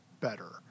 better